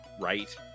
right